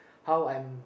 how I'm